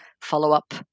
follow-up